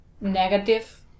negative